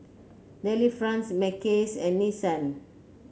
Delifrance Mackays and Nissan